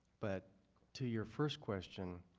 but to your first question